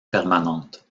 permanente